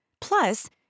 Plus